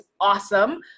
awesome